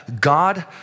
God